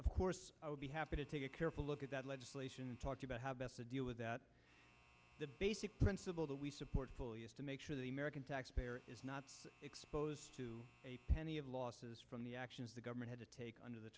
of course would be happy to take a careful look at that legislation talked about how best to deal with that the basic principle that we support fully is to make sure the american taxpayer is not exposed to a penny of losses from the actions the government had to take under the